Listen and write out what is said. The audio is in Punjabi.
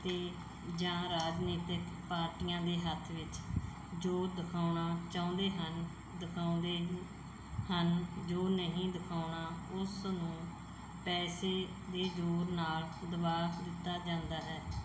ਅਤੇ ਜਾਂ ਰਾਜਨੀਤਿਕ ਪਾਰਟੀਆਂ ਦੇ ਹੱਥ ਵਿੱਚ ਜੋ ਦਿਖਾਉਣਾ ਚਾਹੁੰਦੇ ਹਨ ਦਿਖਾਉਂਦੇ ਹਨ ਜੋ ਨਹੀਂ ਦਿਖਾਉਣਾ ਉਸ ਨੂੰ ਪੈਸੇ ਦੇ ਜ਼ੋਰ ਨਾਲ ਦਬਾਅ ਦਿੱਤਾ ਜਾਂਦਾ ਹੈ